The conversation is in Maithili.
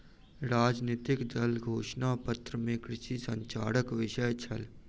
राजनितिक दलक घोषणा पत्र में कृषि संचारक विषय छल